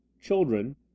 children